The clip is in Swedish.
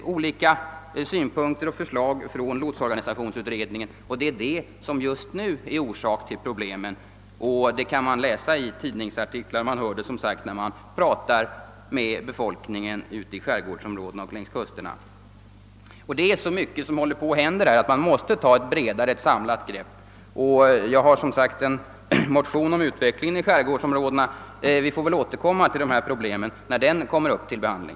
Olika synpunkter och förslag från lotsorganisationsutredningen har läckt ut och skapat problem — det kan man läsa i tidningsartiklar och man hör det när man pratar med befolkningen i skärgårdsområdena och längs kusterna. Jag har motionerat om utvecklingen i skärgårdsområdena, och vi får återkomma till dessa problem när min motion behandlas.